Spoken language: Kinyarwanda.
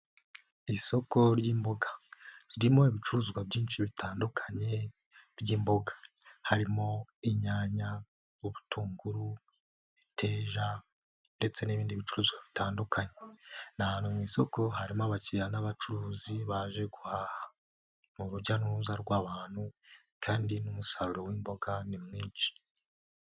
Isoko ry'imboga rimo ibicuruzwa byinshi bitandukanye by'imboga, harimo inyanya, ubutunguru, imiteja ndetse n'ibindi bicuruzwa bitandukanye, ni ahantu mu isoko harimo abakiriya n'abacuruzi baje guhaha ni urujya n'uruza rw'abantu kandi n'umusaruro w'imboga ni mwinshi.